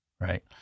right